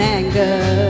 anger